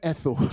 Ethel